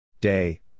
Day